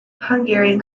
hungarian